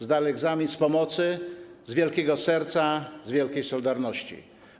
Zdali egzamin z pomocy, z wielkiego serca, z wielkiej solidarności.